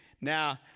Now